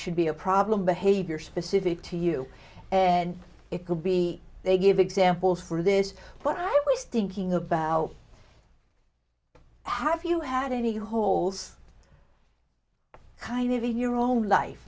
should be a problem behavior specific to you and it could be they give examples for this but i was thinking about have you had any holes kind of in your own life